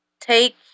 Take